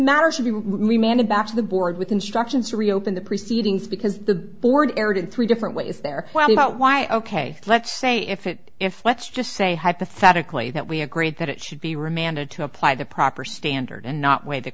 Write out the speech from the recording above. matter should be remanded back to the board with instructions to reopen the proceedings because the board erred in three different ways they're about why ok let's say if it if let's just say hypothetically that we agreed that it should be remanded to apply the proper standard and not waive the